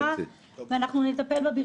ואנחנו נטפל בה,